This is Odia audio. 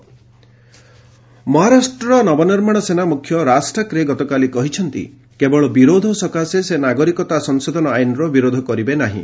MNS CAA support Maharashtra Navnirman Sena ମ୍ରଖ୍ୟ ରାଜ୍ ଠାକ୍ରେ ଗତକାଲି କହିଛନ୍ତି କେବଳ ବିରୋଧ ସକାଶେ ସେ ନାଗରିକତା ସଂଶୋଧନ ଆଇନର ବିରୋଧ କରିବେ ନାହିଁ